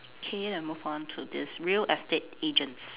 okay then move on to this real estate agents